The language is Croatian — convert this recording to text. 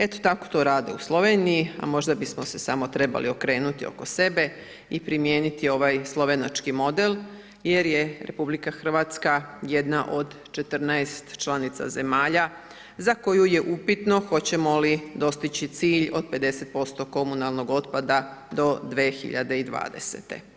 Eto tako to rade u Sloveniji, a možda bismo se samo trebali okrenuti oko sebe i primijeniti ovaj slovenački model, jer je RH jedna od 14 članica zemalja za koju je upitno hoćemo li dostići cilj od 50% komunalnog otpada do 2020.